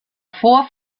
vor